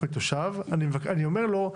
מתושב אני אומר לו: